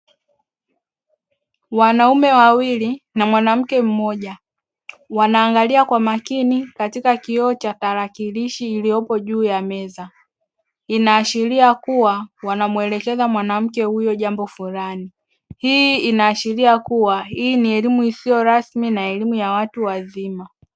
Wanaume wawili na mwanamke mmoja, wanaangalia kwa makini katika kioo cha tarakilishi iliyopo juu ya meza. Inaashiria kuwa wanamuelekeza mwanamke huyo jambo fulani. Hii inaashiria kuwa hii ni elimu isiyo rasmi na elimu ya watu wazima.